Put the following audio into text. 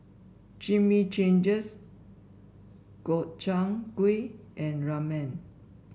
Chimichangas Gobchang Gui and Ramen